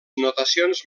notacions